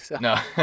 No